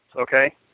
okay